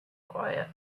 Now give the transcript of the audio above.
quiet